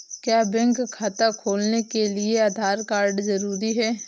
क्या बैंक खाता खोलने के लिए आधार कार्ड जरूरी है?